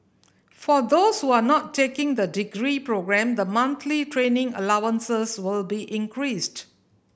for those who are not taking the degree programme the monthly training allowances will be increased